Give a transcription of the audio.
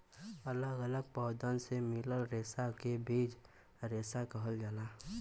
अलग अलग पौधन से मिलल रेसा के बीज रेसा कहल जाला